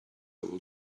old